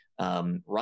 Run